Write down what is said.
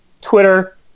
Twitter